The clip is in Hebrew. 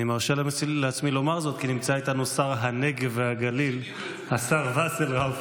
אני מרשה לעצמי לומר זאת כי נמצא איתנו שר הנגב והגליל השר וסרלאוף.